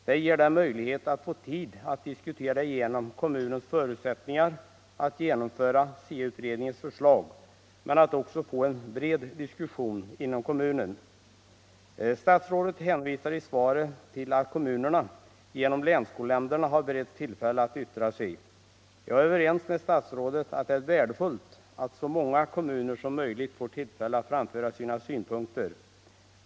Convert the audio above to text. Det ger dem möjlighet och tid att diskutera igenom kommunens förutsättningar att genomföra SIA-utredningens förslag men också att få en bred diskussion inom kommunen. Statsrådet hänvisar i svaret till att kommunerna genom länsskolnämnderna har beretts tillfälle att yttra sig. Jag är överens med statsrådet om att det är värdefullt att så många kommuner som möjligt får tillfälle att framföra sina synpunkter.